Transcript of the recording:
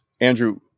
Andrew